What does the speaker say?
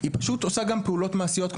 היא פשוט עושה גם פעולות מעשיות,